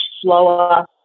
slower